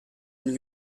than